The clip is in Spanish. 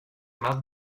más